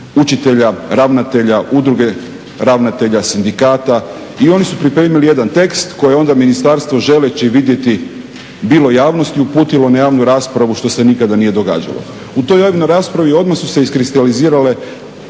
učitelja, ravnatelja, udruge ravnatelja, sindikata i oni su pripremili jedan tekst koje je onda ministarstvo želeći vidjeti bilo javnosti uputilo na javnu raspravu što se nikada nije događalo. U toj javnoj raspravi odmah su se iskristalizirale